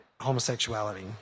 homosexuality